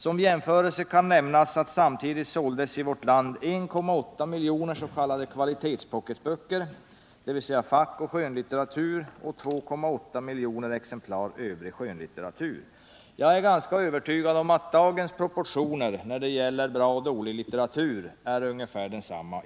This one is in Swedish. Som jämförelse kan nämnas att samtidigt såldes i vårt land 1,8 miljoner s.k. kvalitetspocketböcker, dvs. fackoch skönlitteratur, och 2,8 miljoner exemplar övrig skönlitteratur. Jag är övertygad om att dagens proportioner när det gäller bra och dålig litteratur är ungefär desamma.